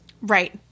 Right